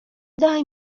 daj